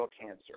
cancer